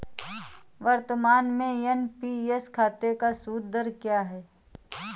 वर्तमान में एन.पी.एस खाते का सूद दर क्या है?